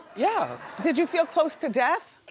yeah. did you feel close to death?